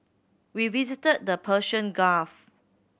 we visited the Persian Gulf